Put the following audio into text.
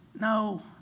No